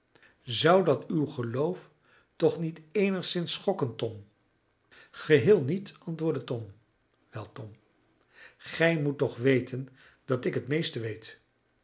zou dat uw geloof toch niet eenigszins schokken tom geheel niet antwoordde tom wel tom gij moet toch weten dat ik het meeste weet